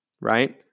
Right